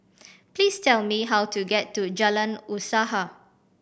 please tell me how to get to Jalan Usaha